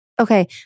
Okay